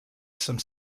some